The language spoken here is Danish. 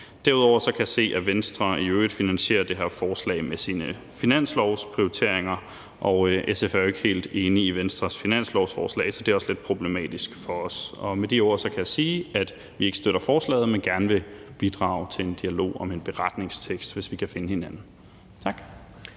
Derudover kan jeg se, at Venstre i øvrigt finansierer det her forslag med sine finanslovsprioriteringer, og SF er jo ikke helt enige i Venstres finanslovsforslag, så det er også lidt problematisk for os. Med de ord kan jeg sige, at vi ikke støtter forslaget, men gerne vil bidrage til en dialog om en beretningstekst, hvis vi kan finde hinanden.